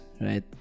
right